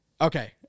Okay